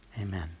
Amen